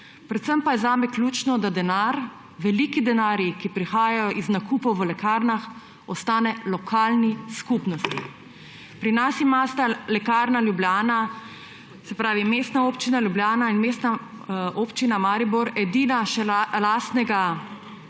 Predvsem pa je zame ključno, da denar, veliki denarji, ki prihajajo od nakupov v lekarnah, ostanejo lokalni skupnosti. Pri nas imata Mestna občina Ljubljana in Mestna občina Maribor edini še lastnega